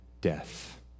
death